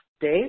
Dave